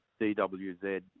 DWZ